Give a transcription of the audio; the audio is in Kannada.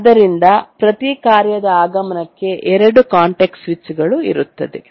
ಆದ್ದರಿಂದ ಪ್ರತಿ ಕಾರ್ಯದ ಆಗಮನಕ್ಕೆ 2 ಕಾಂಟೆಕ್ಸ್ಟ್ ಸ್ವಿಚ್ಗಳು ಇರುತ್ತದೆ